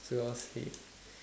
seriously